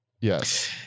Yes